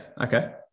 Okay